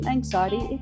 Anxiety